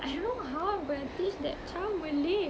I don't how I'm going to teach that child malay